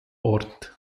ort